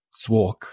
Swark